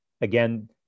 Again